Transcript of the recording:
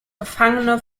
gefangene